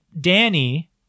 Danny